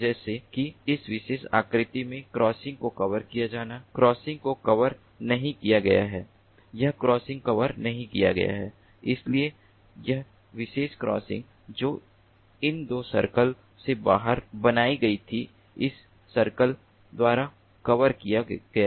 जैसे कि इस विशेष आकृति में क्रॉसिंग को कवर नहीं किया गया है यह क्रॉसिंग कवर नहीं किया गया है जबकि यह विशेष क्रॉसिंग जो इन दो सर्कल से बाहर बनाई गई थी इस सर्कल द्वारा कवर किया गया है